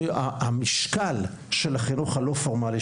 המשקל של החינוך הלא פורמלי,